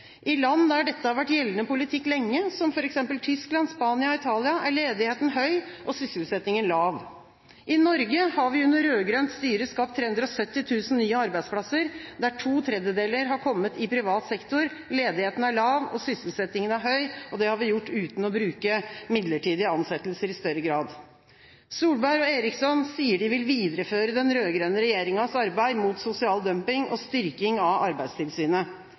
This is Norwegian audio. I land der dette har vært gjeldende politikk lenge, som f.eks. Tyskland, Spania, Italia, er ledigheten høy og sysselsettingen lav. I Norge har vi under rød-grønt styre skapt 370 000 nye arbeidsplasser, der to tredjedeler har kommet i privat sektor. Ledigheten er lav, og sysselsettingen er høy, og det har vi gjort uten å bruke midlertidige ansettelser i større grad. Solberg og Eriksson sier de vil videreføre den rød-grønne regjeringas arbeid mot sosial dumping og styrking av Arbeidstilsynet.